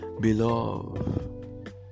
beloved